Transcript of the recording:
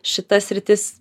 šita sritis